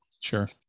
Sure